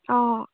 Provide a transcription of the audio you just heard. অঁ